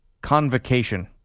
Convocation